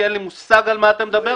כי אין לי מושג על מה אתה מדבר.